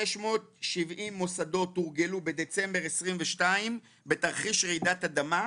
670 מוסדות תורגלו בדצמבר 2022 בתרחיש רעידת אדמה.